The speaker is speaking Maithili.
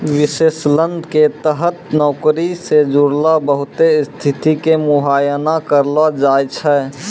विश्लेषण के तहत नौकरी से जुड़लो बहुते स्थिति के मुआयना करलो जाय छै